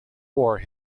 war